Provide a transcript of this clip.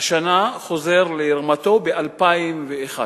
השנה חוזר לרמתו ב-2001.